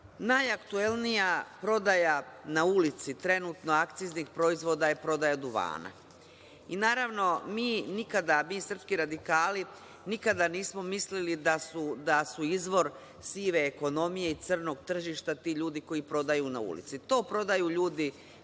Najaktuelnija prodaja na ulici trenutno akciznih proizvoda je prodaja duvana. I naravno mi nikada, mi srpski radikali, nikada nismo mislili da su izvor sive ekonomije i crnog tržišta ti ljudi koji prodaju na ulici. To prodaju ljudi